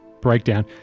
breakdown